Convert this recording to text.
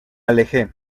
alejé